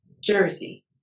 Jersey